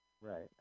right